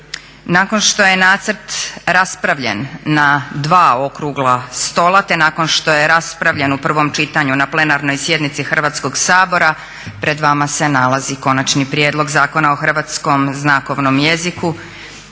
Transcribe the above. nakon što je nacrt raspravljen na dva okrugla stola, te nakon što je raspravljen u prvom čitanju na plenarnoj sjednici Hrvatskoga sabora pred vama se nalazi Konačni prijedlog Zakona o hrvatskom znakovnom jeziku